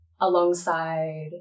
alongside